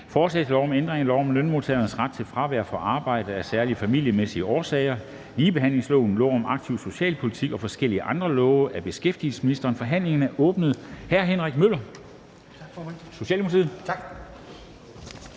Forslag til lov om ændring af lov om lønmodtageres ret til fravær fra arbejde af særlige familiemæssige årsager, ligebehandlingsloven, lov om aktiv socialpolitik og forskellige andre love. (Gennemførelse af orlovsdirektivets bestemmelser